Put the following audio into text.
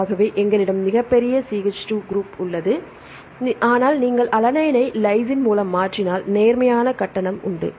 ஆகவே எங்களிடம் மிகப் பெரிய குரூப் உள்ளது ஆனால் நீங்கள் அலனைனை லைசின் மூலம் மாற்றினால் நேர்மறையான கட்டணம் உண்டு